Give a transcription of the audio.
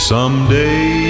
Someday